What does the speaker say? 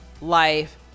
Life